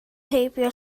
heibio